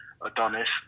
Adonis